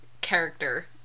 character